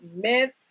myths